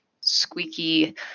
squeaky